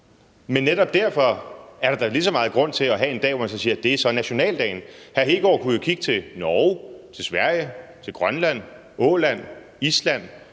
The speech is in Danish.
Men netop derfor er der da lige så meget grund til at have en dag, hvor man siger: Det er så nationaldagen. Hr. Kristian Hegaard kunne jo kigge mod Norge, Sverige, Grønland, Åland, Island